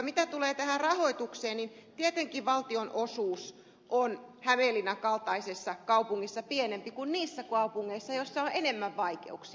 mitä tulee tähän rahoitukseen niin tietenkin valtionosuus on hämeenlinnan kaltaisessa kaupungissa pienempi kuin niissä kaupungeissa joissa on enemmän vaikeuksia